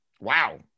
Wow